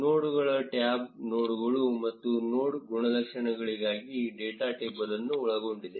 ನೋಡ್ಗಳ ಟ್ಯಾಬ್ ನೋಡ್ಗಳು ಮತ್ತು ನೋಡ್ ಗುಣಲಕ್ಷಣಗಳಿಗಾಗಿ ಡೇಟಾ ಟೇಬಲ್ ಅನ್ನು ಒಳಗೊಂಡಿದೆ